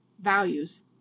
values